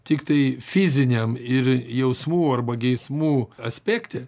tiktai fiziniam ir jausmų arba geismų aspekte